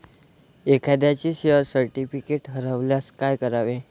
एखाद्याचे share certificate हरवल्यास काय करावे?